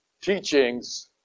teachings